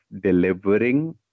delivering